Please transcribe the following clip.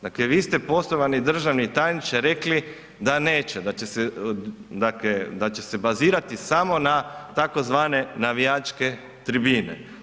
Dakle vi ste poštovani državni tajniče rekli da neće, da će se bazirati samo na tzv. navijačke tribine.